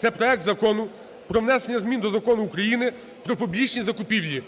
Це проект Закону про внесення змін до Закону України "Про публічні закупівлі".